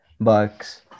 Bucks